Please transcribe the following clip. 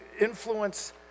influence